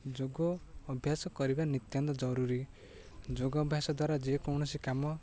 ଯୋଗ ଅଭ୍ୟାସ କରିବା ନିତ୍ୟାନ୍ତ ଜରୁରୀ ଯୋଗ ଅଭ୍ୟାସ ଦ୍ୱାରା ଯେକୌଣସି କାମ